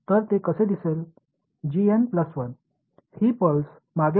எனவே இதை நான் இங்கே வரைந்தால் என்னை மன்னிக்கவும்